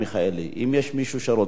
אם יש מישהו שרוצה לדבר,